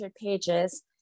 pages